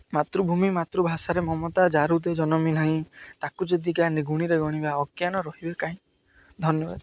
ମାତୃଭୂମି ମାତୃଭାଷାରେ ମମତା ଯା ହୃଦୟ ଜନମି ନାହିଁ ତାକୁ ଯଦି ଜ୍ଞାନୀ ଗୁଣିରେ ଗଣିବା ଅଜ୍ଞାନ ରହିବେ କାହିଁ ଧନ୍ୟବାଦ